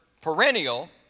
perennial